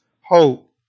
hope